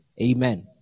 Amen